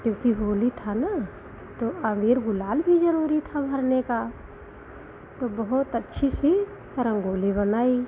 क्योंकि होली था न तो अबीर गुलाल भी जरूरी था भरने का तो बहुत अच्छी सी रंगोली बनाई